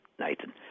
Nathan